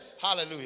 hallelujah